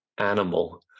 animal